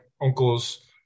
Uncles